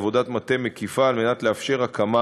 עבודת מטה מקיפה על מנת לאפשר הקמה